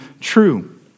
true